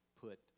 put